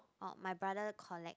orh my brother collect